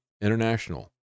international